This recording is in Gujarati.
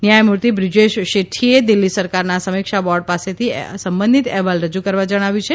ન્યાયમૂર્તિ બ્રિજેશ શેઠીએ દિલ્હી સરકારના સમીક્ષા બોર્ડ પાસેથી સંબંધીત અહેવાલ રજૂ કરવા જણાવ્યું છે